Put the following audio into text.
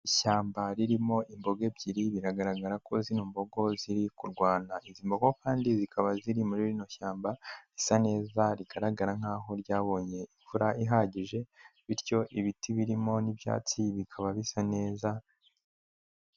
Ishyamba ririmo imbogo ebyiri biragaragara ko zino mbogo ziri kurwana, izi mbogo kandi zikaba ziri muri rino shyamba zisa neza rigaragara nk'iryabonye imvura ihagije bityo ibiti birimo n'ibyatsi bikaba bisa neza.